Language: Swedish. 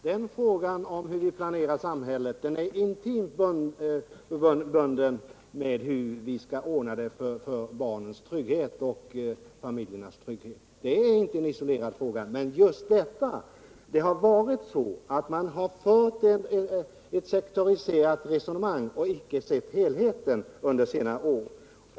Herr talman! Nej, Inga Lantz, frågan om hur vi planerar samhället är intimt förknippad med hur vi skall ordna det med barnens och familjernas trygghet. Men det har blivit ett sektoriserat resonemang under senare år, där man inte sett på helheten.